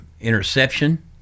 interception